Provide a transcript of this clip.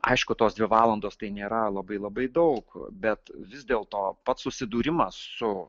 aišku tos dvi valandos tai nėra labai labai daug bet vis dėlto pats susidūrimas su